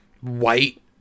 white